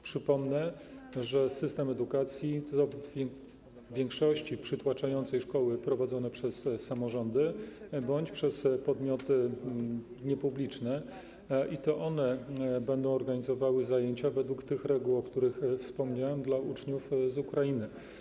Przypomnę, że system edukacji to w przytłaczającej większości szkoły prowadzone przez samorządy bądź przez podmioty niepubliczne, i to one będą organizowały zajęcia według tych reguł, o których wspomniałem, dla uczniów z Ukrainy.